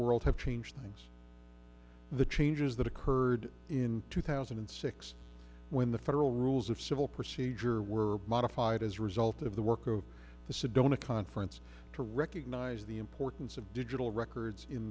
world have changed things the changes that occurred in two thousand and six when the federal rules of civil procedure were modified as a result of the work of the sedona conference to recognize the importance of digital records in